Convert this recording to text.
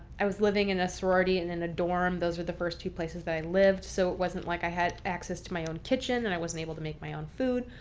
i was living in a sorority and in a dorm. those were the first two places that i lived. so it wasn't like i had access to my own kitchen and i wasn't able to make my own food.